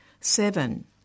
Seven